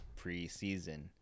preseason